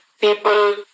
people